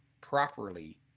properly